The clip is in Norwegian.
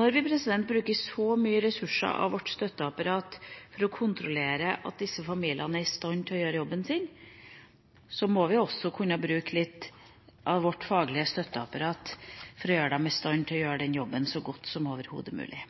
Når vi bruker så mye ressurser av vårt støtteapparat for å kontrollere at disse familiene er i stand til å gjøre jobben sin, må vi også kunne bruke litt av vårt faglige støtteapparat til å gjøre dem i stand til å gjøre den jobben så godt som overhodet mulig.